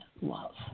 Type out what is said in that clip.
love